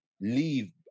leave